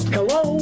Hello